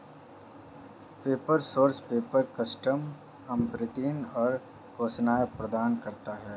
paper source paper, custom आमंत्रण और घोषणाएं प्रदान करता है